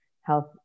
health